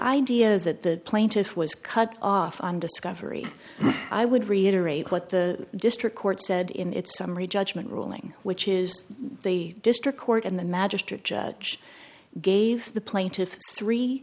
that the plaintiff was cut off on discovery i would reiterate what the district court said in its summary judgment ruling which is the district court and the magistrate judge gave the plaintiffs three